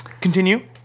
continue